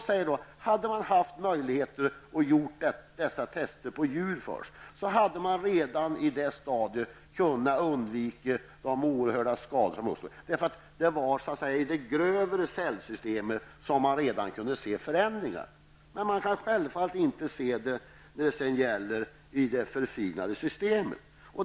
Hade man haft möjlighet att först testa på djur, hade man redan i det stadiet kunnat undvika de oerhöra skador som uppstod, enligt vad jag har hört från forskare, eftersom förändringarna kunde ses redan i det grövre cellsystemet. Självfallet kan man inte upptäcka förändringar i det förfinade systemet.